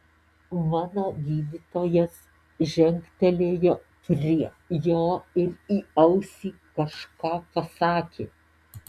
mano gydytojas žengtelėjo prie jo ir į ausį kažką pasakė